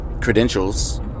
credentials